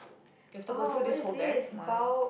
you've to go through this whole deck !wow!